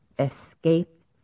Escaped